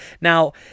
Now